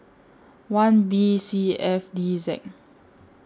one B C F D Z